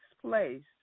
place